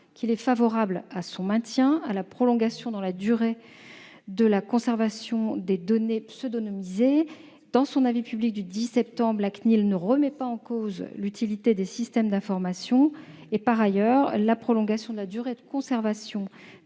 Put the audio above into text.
déclare favorable à leur maintien et à la prolongation dans la durée de la conservation des données pseudonymisées. Dans son avis public du 10 septembre, la CNIL ne remet pas en cause l'utilité des systèmes d'information. Par ailleurs, la prolongation de la durée de conservation